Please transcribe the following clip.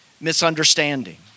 misunderstanding